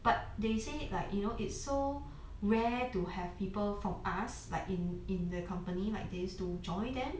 but they say like you know it's so rare to have people from us like in in the company like this to join them